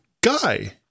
guy